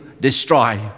destroy